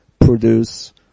produce